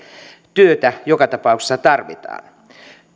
työtä joka tapauksessa tarvitaan